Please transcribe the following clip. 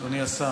אדוני השר,